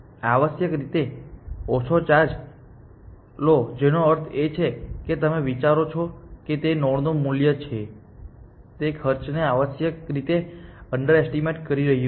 આવશ્યક રીતે ઓછો ચાર્જ લો જેનો અર્થ એ છે કે તમે વિચારો છો કે તે નોડનું મૂલ્ય છે તે ખર્ચને આવશ્યકરીતે અંડર એસ્ટીમેટ કરી રહ્યું છે